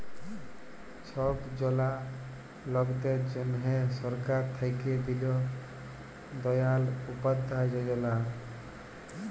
ছব জলা লকদের জ্যনহে সরকার থ্যাইকে দিল দয়াল উপাধ্যায় যজলা